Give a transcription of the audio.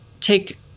take